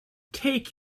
take